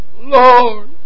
Lord